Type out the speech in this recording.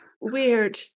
weird